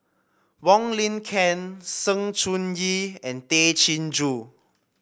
Wong Lin Ken Sng Choon Yee and Tay Chin Joo